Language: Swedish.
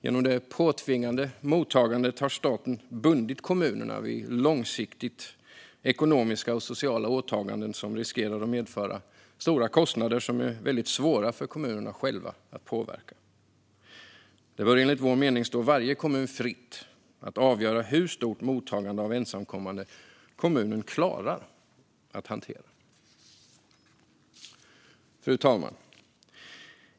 Genom det påtvingade mottagandet har staten bundit kommunerna vid långsiktiga ekonomiska och sociala åtaganden som riskerar att medföra stora kostnader som är väldigt svåra för kommunerna själva att påverka. Det bör enligt vår mening stå varje kommun fritt att avgöra hur stort mottagande av ensamkommande kommunen klarar att hantera. Fru talman!